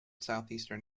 southeastern